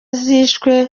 zishwe